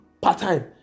part-time